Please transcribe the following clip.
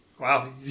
Wow